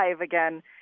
again